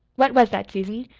what was that, susan?